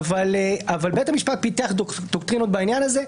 בית המשפט פיתח דוקטרינות בעניין הזה.